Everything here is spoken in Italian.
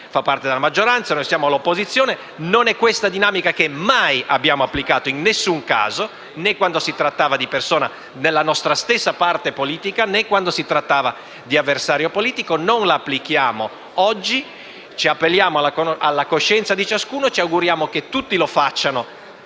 fa parte della maggioranza e noi siamo all'opposizione, ma non abbiamo applicato questa dinamica in alcun caso, né quando si trattava di persona della nostra stessa parte politica, né quando si trattava di avversario politico e non l'applichiamo oggi. Ci appelliamo alla coscienza di ciascuno e ci auguriamo che tutti lo facciano,